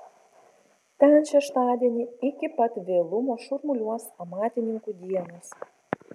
ten šeštadienį iki pat vėlumo šurmuliuos amatininkų dienos